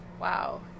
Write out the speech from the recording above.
Wow